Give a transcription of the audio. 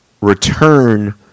return